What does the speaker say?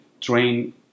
train